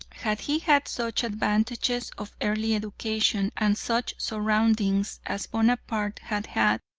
had he had such advantages of early education and such surroundings as bonaparte had had,